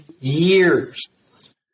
years